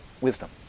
wisdom